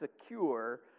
secure